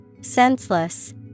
Senseless